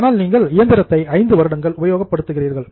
ஆனால் நீங்கள் இயந்திரத்தை 5 வருடங்கள் உபயோகப்படுத்துகிறீர்கள்